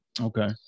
Okay